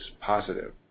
positive